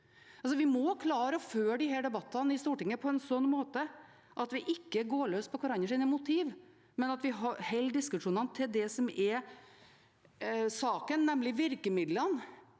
Vi må klare å føre disse debattene i Stortinget på en slik måte at vi ikke går løs på hverandres motiv, men at vi holder diskusjonene til det som er saken, nemlig virkemidlene